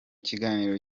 kiganiro